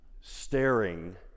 Staring